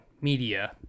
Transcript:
media